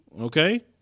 Okay